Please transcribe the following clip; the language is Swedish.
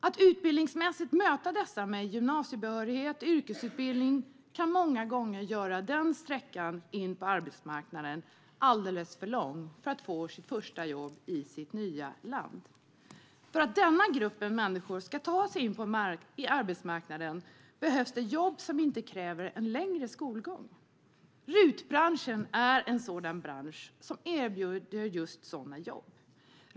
Att utbildningsmässigt möta dessa med krav på gymnasiebehörighet och yrkesutbildning kan många gånger göra den sträckan in på arbetsmarknaden alldeles för lång för att få ett första jobb i det nya landet. För att denna grupp människor ska ta sig in på arbetsmarknaden behövs det jobb som inte kräver en längre skolgång. RUT-branschen är en sådan bransch som erbjuder just sådana jobb.